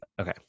Okay